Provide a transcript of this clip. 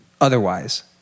otherwise